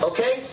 Okay